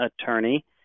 attorney